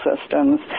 systems